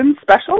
special